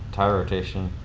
tire rotation.